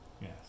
Yes